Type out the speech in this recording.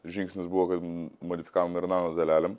žingsnis buvo kad modifikavom ir nano dalelėm